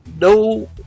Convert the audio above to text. no